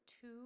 two